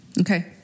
Okay